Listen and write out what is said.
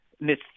miss